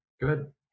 Good